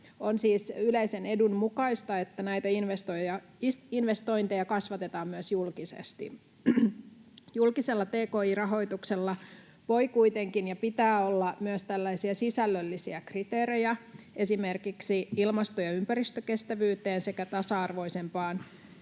On siis yleisen edun mukaista, että näitä investointeja kasvatetaan myös julkisesti. Julkisella tki-rahoituksella kuitenkin voi ja pitää olla myös sisällöllisiä kriteerejä esimerkiksi ilmasto- ja ympäristökestävyyteen sekä tasa-arvoisempaan